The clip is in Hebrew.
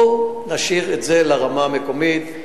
בואו נשאיר את זה לרמה המקומית.